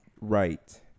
right